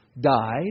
died